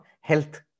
health